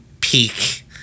peak